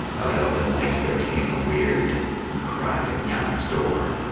out of the night there came a weird and cried at yanna's door.